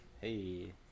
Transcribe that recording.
Hey